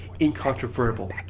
incontrovertible